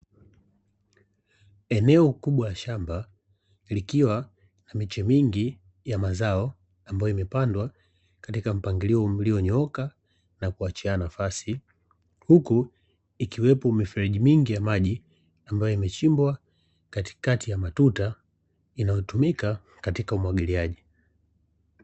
Eneo kubwa shamba likiwa na miche mingi ya mazao, ambayo imepandwa katika mpangilio uliyonyooka na kuachiana nafasi, huku ikiwepo mifereji mingi ya maji ambayo imechimbwa katikati ya matuta, inayotumika katika umwagiliaji.